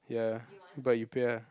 ya but you pay ah